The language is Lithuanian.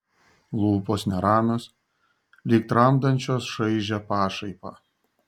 lūpos neramios lyg tramdančios šaižią pašaipą